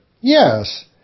Yes